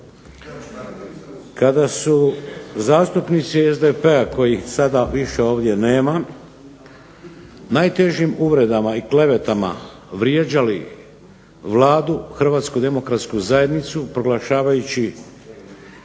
Kada su zastupnici SDP-a kojih sada više ovdje nema najtežim uvredama i klevetama vrijeđali Vladu, Hrvatsku demokratsku zajednicu proglašavali